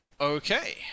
Okay